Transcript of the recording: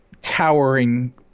towering